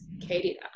Katie